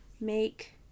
make